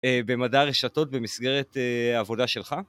במדע הרשתות במסגרת העבודה שלך.